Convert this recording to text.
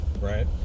right